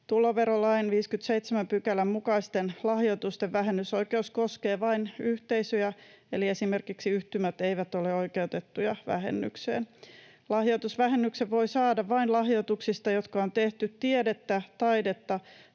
Tuloverolain 57 §:n mukaisten lahjoitusten vähennysoikeus koskee vain yhteisöjä, eli esimerkiksi yhtymät eivät ole oikeutettuja vähennykseen. Lahjoitusvähennyksen voi saada vain lahjoituksista, jotka on tehty tiedettä, taidetta